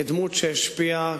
כדמות שהשפיעה,